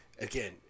Again